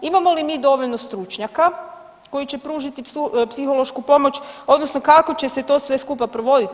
Imamo li mi dovoljno stručnjaka koji će pružiti psihološku pomoć, odnosno kako će se to sve skupa provoditi.